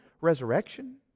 resurrection